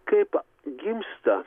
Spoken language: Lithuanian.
kaip gimsta